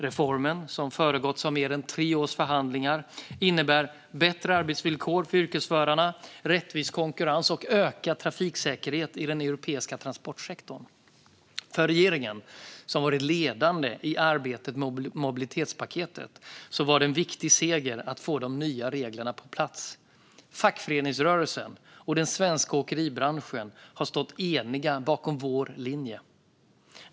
Reformen, som föregåtts av mer än tre års förhandlingar, innebär bättre arbetsvillkor för yrkesförarna, rättvis konkurrens och ökad trafiksäkerhet i den europeiska transportsektorn. För regeringen, som varit ledande i arbetet med mobilitetspaketet, var det en viktig seger att få de nya reglerna på plats. Fackföreningsrörelsen och den svenska åkeribranschen har stått eniga bakom vår linje.